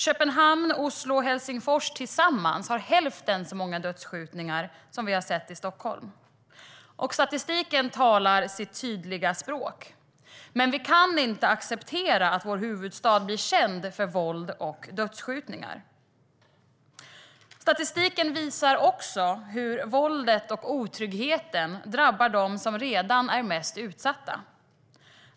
Köpenhamn, Oslo och Helsingfors tillsammans har hälften så många dödsskjutningar som vi har sett i Stockholm. Statistiken talar sitt tydliga språk. Men vi kan inte acceptera att vår huvudstad blir känd för våld och dödskjutningar. Statistiken visar också hur våldet och otryggheten drabbar dem som redan är mest utsatta.